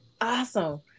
Awesome